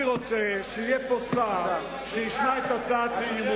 אני רוצה שיהיה פה שר שישמע את הצעת האי-אמון,